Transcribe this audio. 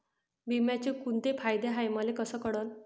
बिम्याचे कुंते फायदे हाय मले कस कळन?